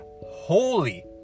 holy